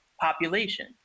population